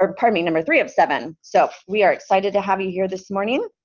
or pardon number three of seven, so we are excited to have you here this morning.